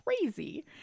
crazy